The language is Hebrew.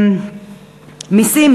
מסים,